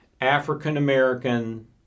African-American